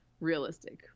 realistic